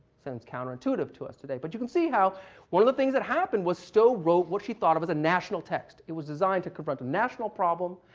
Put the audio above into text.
seems counterintuitive to us today, but you can see how one of the things that happened was stowe wrote what she thought was a national text. it was designed to confront a national problem.